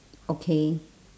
okay